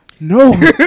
no